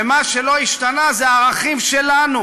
ומה שלא השתנה זה הערכים שלנו,